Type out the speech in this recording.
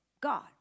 God